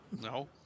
No